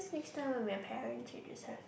next time when we are parents we just have